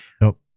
Nope